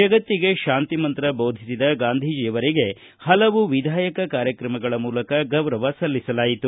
ಜಗತ್ತಿಗೆ ಶಾಂತಿ ಮಂತ್ರ ಬೋಧಿಸಿದ ಗಾಂಧೀಜಿಯವರಿಗೆ ಪಲವು ವಿಧಾಯಕ ಕಾರ್ಯಕ್ರಮಗಳ ಮೂಲಕ ಗೌರವ ಸಲ್ಲಿಸಲಾಯಿತು